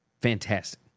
Fantastic